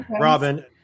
Robin